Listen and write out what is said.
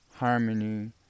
harmony